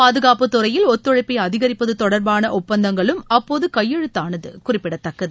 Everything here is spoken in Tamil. பாதுகாப்புத் துறையில் ஒத்துழைப்பை அதிகரிப்பது தொடர்பான ஒப்பந்தங்களும் அப்போது கையெழுத்தானது குறிப்பிடத்தக்கது